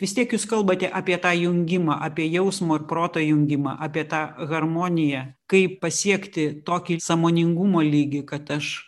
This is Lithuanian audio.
vis tiek jūs kalbate apie tą jungimą apie jausmo ir proto jungimą apie tą harmoniją kaip pasiekti tokį sąmoningumo lygį kad aš